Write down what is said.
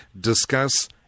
discuss